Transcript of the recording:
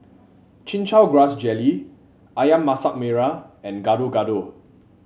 Chin Chow Grass Jelly ayam Masak Merah and Gado Gado